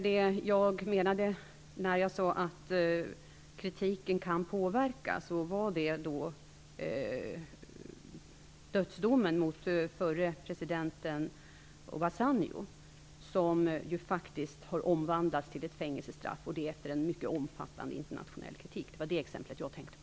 Det jag menade när jag sade att kritiken kan påverka var dödsdomen mot den förre presidenten Obasanjo. Den har ju faktiskt omvandlats till ett fängelsestraff efter en mycket omfattande internationell kritik. Det var det exemplet jag tänkte på.